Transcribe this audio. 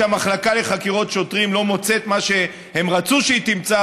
כשהמחלקה לחקירות שוטרים לא מוצאת מה שהם רצו שהיא תמצא,